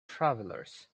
travelers